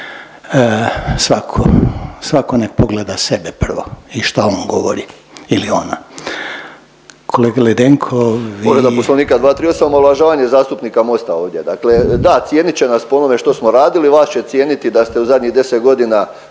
Svako nek pogleda sebe prvo i šta on govori ili ona. Kolega Ledenko vi